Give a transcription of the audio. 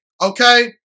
okay